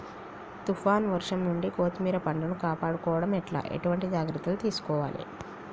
తుఫాన్ వర్షం నుండి కొత్తిమీర పంటను కాపాడుకోవడం ఎట్ల ఎటువంటి జాగ్రత్తలు తీసుకోవాలే?